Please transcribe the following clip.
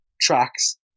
tracks